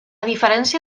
diferència